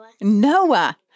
Noah